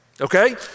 okay